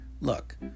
look